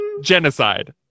genocide